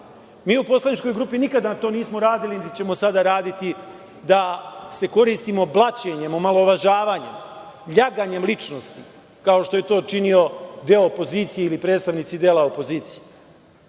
u poslaničkoj grupi nikada to nismo radili niti ćemo sada raditi, da se koristimo blaćenjem, omalovažavanjem, ljaganjem ličnosti, kao što je to činio deo opozicije ili predstavnici dela opozicije.